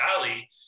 Valley